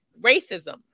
racism